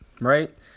right